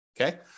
Okay